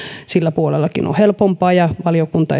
silläkin puolella on helpompaa valiokunta